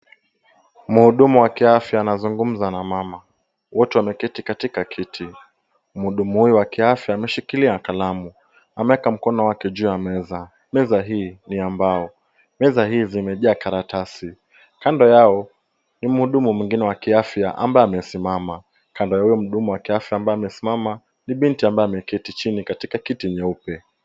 Mhudumu wa kiafya anazungumza na mama, wote wameketi katika kiti. Mhudumu huyo wa kiafya ameshikilia kalamu, ameweka mkono wake juu ya meza. Meza hii ni ya mbao. Meza hii zimejaa karatasi. Kando yao ni mhudumu mwingine wa kiafya ambaye amesimama. Kando ya huyo mhudumu wa kiafya ambaye amesimama, ni binti ambaye ameketi chini katika kiti nyeupe.